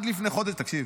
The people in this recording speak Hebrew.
תקשיב.